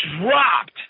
dropped